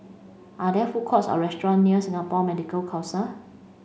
are there food courts or restaurant near Singapore Medical Council